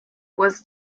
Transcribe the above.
was